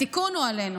התיקון הוא עלינו.